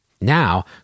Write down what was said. Now